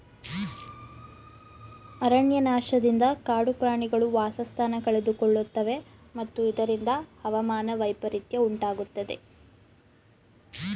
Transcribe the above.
ಅರಣ್ಯನಾಶದಿಂದ ಕಾಡು ಪ್ರಾಣಿಗಳು ವಾಸಸ್ಥಾನ ಕಳೆದುಕೊಳ್ಳುತ್ತವೆ ಮತ್ತು ಇದರಿಂದ ಹವಾಮಾನ ವೈಪರಿತ್ಯ ಉಂಟಾಗುತ್ತದೆ